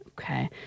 okay